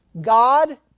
God